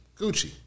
Gucci